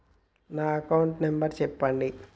నా account number చెప్పండి?